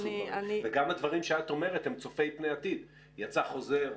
וגם הדברים שאת אומרת הם צופי פני עתיד: יצא חוזר,